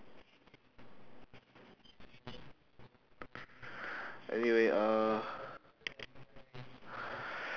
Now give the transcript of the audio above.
anyway uh